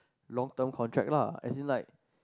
long term contract lah as in like